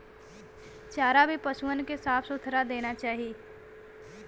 चारा भी पसुअन के साफ सुथरा देना चाही